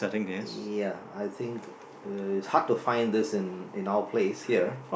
eh ya I think uh it's hard to find this in our place here